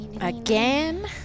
Again